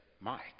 Mike